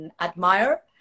admire